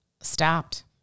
stopped